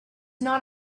not